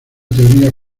teoría